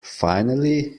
finally